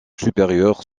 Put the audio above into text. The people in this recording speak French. supérieurs